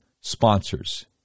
sponsors